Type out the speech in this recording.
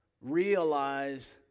realize